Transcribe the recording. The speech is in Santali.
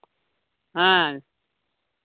ᱦᱮᱸ